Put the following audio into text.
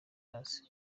hasi